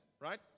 right